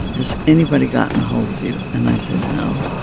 has anybody gotten ahold of you? and i said, no.